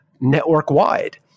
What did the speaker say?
network-wide